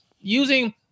using